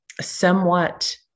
somewhat